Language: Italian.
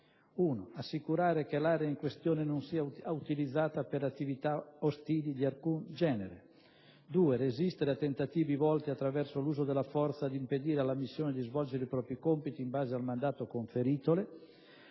1) assicurare che l'area in questione non sia utilizzata per attività ostili di alcun genere; 2) resistere a tentativi volti - attraverso l'uso della forza - ad impedire alla missione di svolgere i propri compiti in base al mandato conferitole;